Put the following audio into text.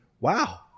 wow